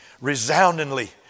resoundingly